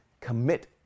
commit